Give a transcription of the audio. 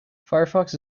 firefox